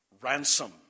ransom